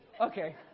Okay